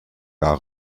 gar